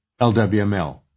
LWML